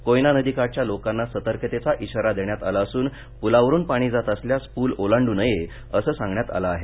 कोयना नदीकाठच्या लोकांना सतर्कतेचा इशारा देण्यात आला असून पुलावरून पाणी जात असल्यास पूल ओलांडू नये असं सांगण्यात आलं आहे